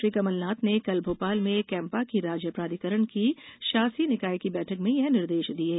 श्री कमल नाथ ने कल भोपाल में कैम्पा की राज्य प्राधिकरण की शासी निकाय की बैठक में यह निर्देश दिये